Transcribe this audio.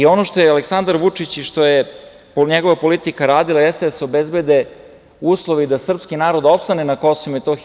Ono što je Aleksandar Vučić i što je njegova politika radila jeste da se obezbede uslovi da srpski narod opstane na Kosovu i Metohiji.